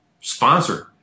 sponsored